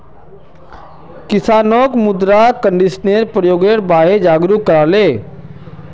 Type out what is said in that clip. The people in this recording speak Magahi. किसानक मृदा कंडीशनरेर प्रयोगेर बारे जागरूक कराले